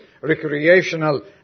recreational